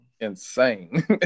insane